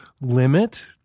limit